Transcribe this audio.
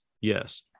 Yes